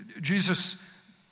Jesus